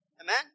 Amen